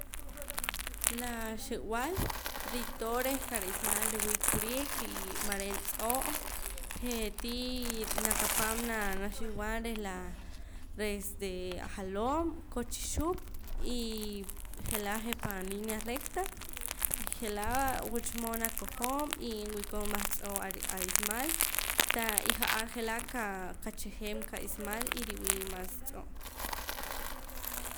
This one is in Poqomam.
La xi'b'al ritoo' reh qarismaal riwii' kurik rii mareen tz'oo' je'tii naqapan naa naxihwaam reh laa reh desde ajaloom koo chixuup y je'la' je' pan línea recta je'laa wulcha mood nakojom y nwii'koon mas tz'oo' a rismaal tah y ja'ar je'laa ka kachajeem qa ismaal y riwii' mas tz'oo'